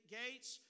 gates